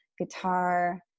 guitar